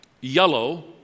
yellow